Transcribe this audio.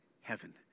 heaven